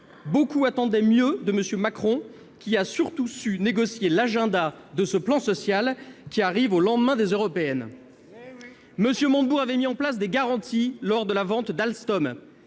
Beaucoup attendaient mieux de M. Macron, qui a surtout su négocier le calendrier de ce plan social, annoncé au lendemain des élections européennes. Eh oui ! M. Montebourg avait mis en place des garanties lors de la vente d'Alstom.